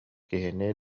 киһини